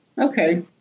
Okay